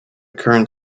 current